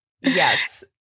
Yes